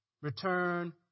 return